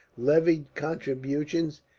levied contributions,